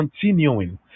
continuing